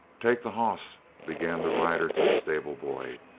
take the hoss began the rider to the stable-boy.